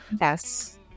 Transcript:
Yes